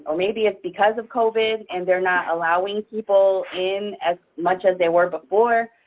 maybe it's because of covid. and they're not allowing people in as much as they were before.